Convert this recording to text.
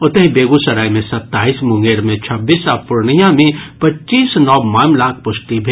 ओतहि बेगूसराय मे सत्ताईस मुंगेर मे छब्बीस आ पूर्णिया मे पच्चीस नव मामिलाक पुष्टि भेल